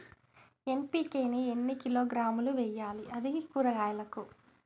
NPK ని ఎన్ని కిలోగ్రాములు వెయ్యాలి? అది కూరగాయలకు?